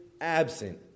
absent